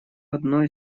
одной